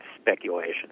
speculation